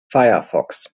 firefox